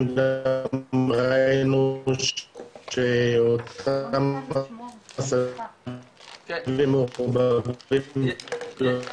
גם ראינו שאותם עשבים וחומרים --- (נתק